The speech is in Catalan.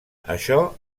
això